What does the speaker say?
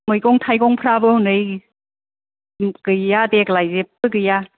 मैगं थाइगंफ्राबो हनै गैया देग्लाय जेब्बो गैया